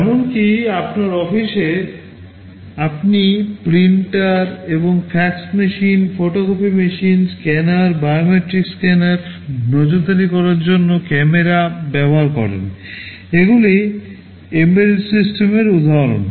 এমনকি আপনার অফিসে আপনি প্রিন্টার এবং fax machine photocopy machine scanner biometric scanner নজরদারি করার জন্য ক্যামেরা ব্যবহার করেন এগুলি এমবেডেড সিস্টেমের উদাহরণ